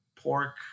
pork